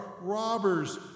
robbers